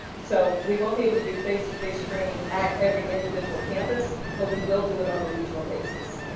so we won't be able to do face to face training at every individual campus but we will do it on a regional basis.